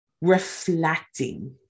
reflecting